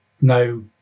no